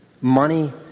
Money